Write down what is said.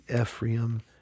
Ephraim